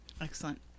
Excellent